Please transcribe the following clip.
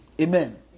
Amen